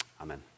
Amen